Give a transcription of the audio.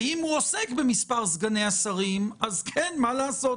ואם הוא עוסק במספר סגני השרים אז כן, מה לעשות,